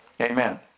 Amen